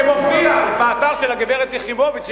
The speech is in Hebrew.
זה מופיע באתר של הגברת יחימוביץ,